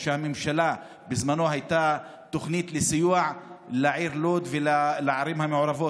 בזמנו הייתה תוכנית סיוע לעיר לוד ולערים המעורבות.